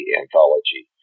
anthology